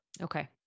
Okay